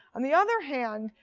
on the other hand,